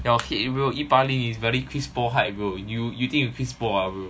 your head bro 一八零 is very fitspo height bro you you think you fitspo ah bro